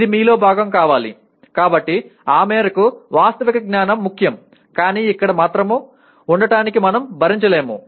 ఇది మీలో భాగం కావాలి కాబట్టి ఆ మేరకు వాస్తవిక జ్ఞానం ముఖ్యం కానీ అక్కడ మాత్రమే ఉండటాన్ని మనము భరించలేము